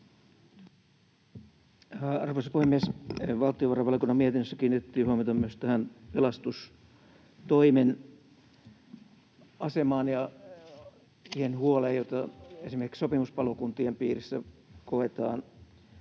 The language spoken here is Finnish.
Arvoisa puhemies! Valtiovarainvaliokunnan mietinnössä kiinnitettiin huomiota myös tähän pelastustoimen asemaan ja siihen huoleen, jota esimerkiksi sopimuspalokuntien piirissä koetaan.